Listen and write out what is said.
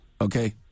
okay